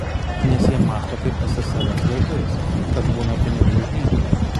nes jie mąsto kaip ssrs laikais kad būna pinigų už nieką